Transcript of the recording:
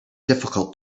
difficult